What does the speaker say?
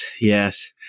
yes